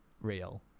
real